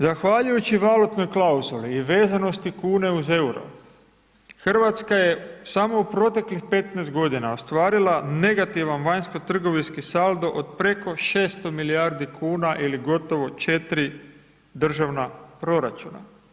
Zahvaljujući valutnoj klauzuli i vezanosti kune uz euro, Hrvatska je samo u proteklih 15 godina, ostvarila negativno vanjsko trgovinski saldo od preko 600 milijardi kuna ili gotovo 4 državna proračuna.